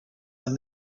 and